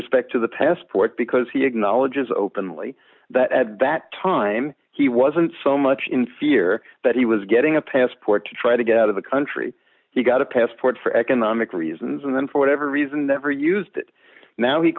respect to the passport because he acknowledges openly that at that time he wasn't so much in fear but he was getting a passport to try to get out of the country he got a passport for economic reasons and then for whatever reason never used it now he